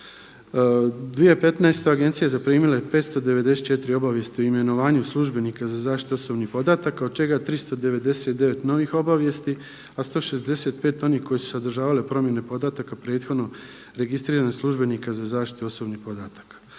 2015. agencija je zaprimila 594 obavijesti o imenovanju službenika za zaštitu osobnih podataka od čega 399 novih obavijesti, a 165 onih koje su sadržavale promjene podataka prethodno registriranih službenika za zaštitu osobnih podataka.